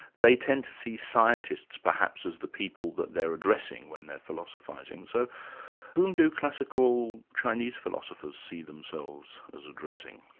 they tend to see scientists perhaps as the people that they're addressing when they're philosophising, so who do classical chinese philosophers see themselves as addressing?